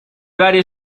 varie